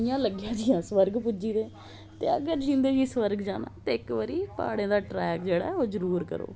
इयां लग्गेआ कि जियां स्बर्ग पुज्जी गेदे ते अगर जींदे जी स्बर्ग जाना ते इक बारी पहाडे़ं दा ट्रैक जेहड़ा ऐ ओह् जरुर करो